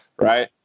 right